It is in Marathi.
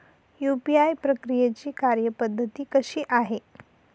यू.पी.आय प्रक्रियेची कार्यपद्धती कशी आहे?